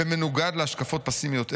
"במנוגד להשקפות פסימיות אלה,